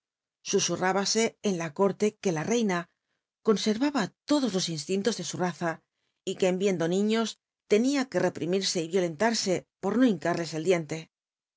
susurrábase en la córle que la reina conserraba lodos los instintos de su raza y que en viendo niíios tenia que reprimirse y violentarse para no hincarles el diente